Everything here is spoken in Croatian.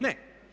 Ne.